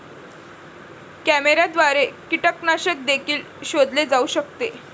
कॅमेऱ्याद्वारे कीटकनाशक देखील शोधले जाऊ शकते